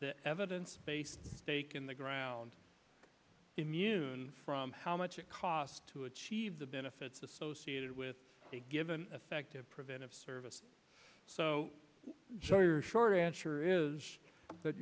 that evidence based take in the ground immune from how much it cost to achieve the benefits associated with a given effective preventive service so short answer is